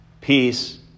Peace